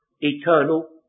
eternal